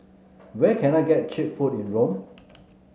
where can I get cheap food in Rome